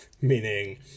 meaning